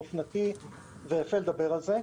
אופנתי ויפה לדבר על זה,